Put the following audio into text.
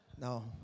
No